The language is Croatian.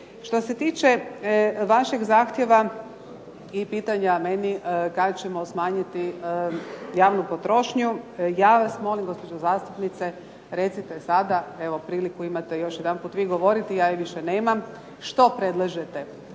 Što se tiče vašeg zahtjeva i pitanja meni kada ćemo smanjiti javnu potrošnju, ja vas molim gospođo zastupnice recite sada, evo priliku imate još jedanput vi govoriti, ja je više nemam, što predlažete